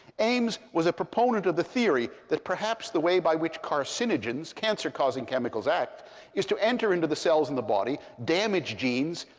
ames was a proponent of the theory that perhaps the way by which carcinogens cancer causing chemicals act is to enter into the cells in the body, damage genes,